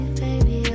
baby